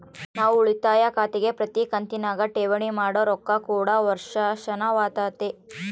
ನಾವು ಉಳಿತಾಯ ಖಾತೆಗೆ ಪ್ರತಿ ಕಂತಿನಗ ಠೇವಣಿ ಮಾಡೊ ರೊಕ್ಕ ಕೂಡ ವರ್ಷಾಶನವಾತತೆ